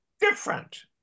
different